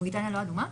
בריטניה לא אדומה?